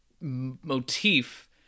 motif